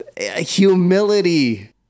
humility